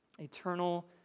eternal